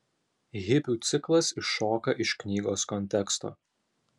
hipių ciklas iššoka iš knygos konteksto